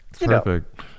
Perfect